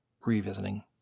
revisiting